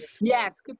Yes